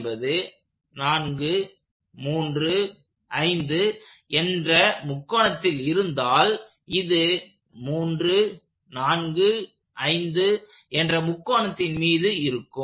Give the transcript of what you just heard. என்பது 435 என்ற முக்கோணத்தில் இருந்தால் இது 345 என்ற முக்கோணத்தின் மீது இருக்கும்